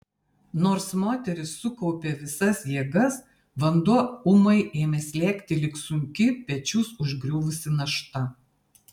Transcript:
nors moteris sukaupė visas jėgas vanduo ūmai ėmė slėgti lyg sunki pečius užgriuvusi našta